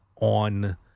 on